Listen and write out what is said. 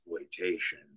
exploitation